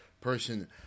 person